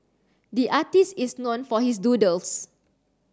the artist is known for his doodles